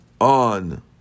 on